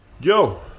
yo